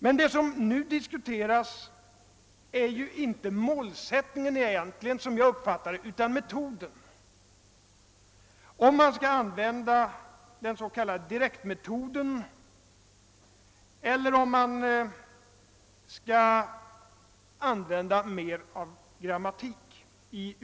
Som jag uppfattar saken är det som vi nu diskuterar egentligen inte målsättningen utan metoden, alltså om man skall använda den s.k. direktmetoden eller arbeta mera med grammatik i